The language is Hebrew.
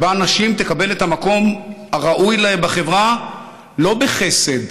שבה נשים יקבלו את המקום הראוי להן בחברה לא בחסד,